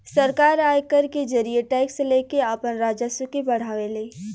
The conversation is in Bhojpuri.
सरकार आयकर के जरिए टैक्स लेके आपन राजस्व के बढ़ावे ले